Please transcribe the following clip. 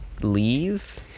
leave